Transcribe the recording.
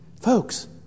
Folks